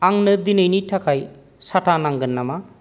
आंनो दिनैनि थाखाय साथा नांगोन नामा